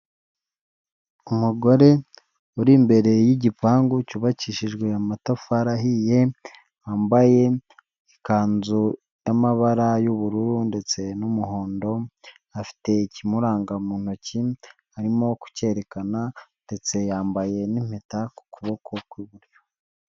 Umugore uri imbere y'igipangu cyubakishijwe amatafari ahiye, wambaye ikanzu y'amabara y'ubururu ndetse n'umuhondo, afite ikimuranga mu ntoki arimo kucyerekana ndetse yambaye n'impeta ku kuboko kw'iburyo.